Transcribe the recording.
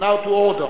now to order.